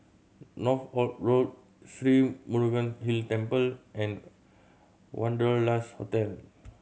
Northolt Road Sri Murugan Hill Temple and Wanderlust Hotel